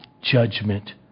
judgment